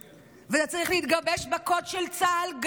וזה צריך להתגבש גם בקוד של צה"ל.